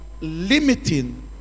limiting